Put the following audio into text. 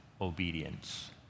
obedience